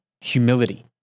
humility